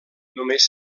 només